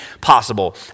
possible